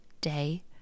day